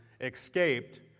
escaped